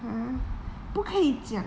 !huh! 不可以讲